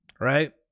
right